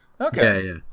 okay